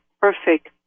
perfect